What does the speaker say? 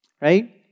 Right